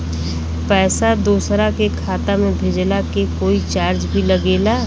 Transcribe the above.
पैसा दोसरा के खाता मे भेजला के कोई चार्ज भी लागेला?